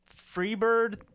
Freebird